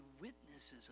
witnesses